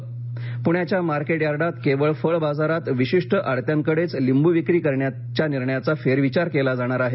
market yard पूण्याच्या market यार्डात केवळ फळ बाजारात विशिष्ट आडत्यांकडेच लिंब् विक्री करण्याच्या निर्णयाचा फेरविचार केला जाणार आहे